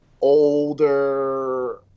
older